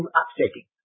upsetting